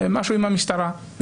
משהו עם המשטרה.